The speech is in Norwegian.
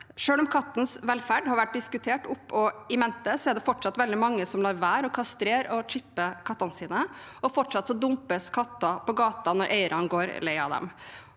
Selv om kattens velferd har vært diskutert opp og i mente, er det fortsatt veldig mange som lar være å kastrere og «chippe» kattene sine, og fortsatt dumpes katter på gaten når eierne går lei av dem.